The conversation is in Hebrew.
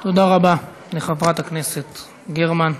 תודה רבה לחברת הכנסת גרמן.